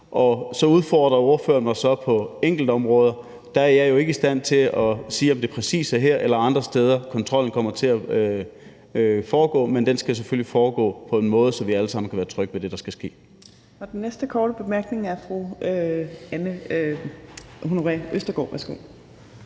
Så udfordrer ordføreren mig på enkeltområder. Der er jeg jo ikke i stand til at sige, om det præcis er her eller andre steder, kontrollen kommer til at foregå, men den skal selvfølgelig foregå på en måde, så vi alle sammen kan være trygge ved det, der skal ske. Kl. 19:24 Fjerde næstformand (Trine Torp): Den næste korte bemærkning er til fru Anne Honoré Østergaard. Værsgo.